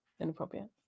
inappropriate